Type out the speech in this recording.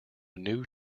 new